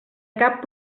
cap